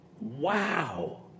Wow